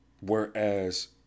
Whereas